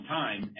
time